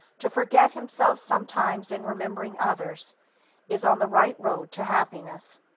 to forget himself sometimes in remembering others is on the right road to happiness.